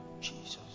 Jesus